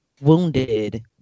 wounded